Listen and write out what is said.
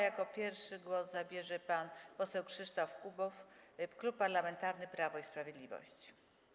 Jako pierwszy głos zabierze pan poseł Krzysztof Kubów, Klub Parlamentarny Prawo i Sprawiedliwość.